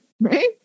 right